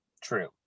True